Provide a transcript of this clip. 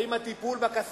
האם הטיפול ב"קסאמים",